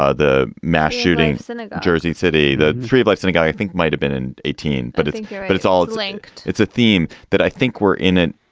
ah the mass shootings in ah jersey city, the three blocks in a guy you think might have been an eighteen. but. yeah but it's all it's linked. it's a theme that i think we're in it.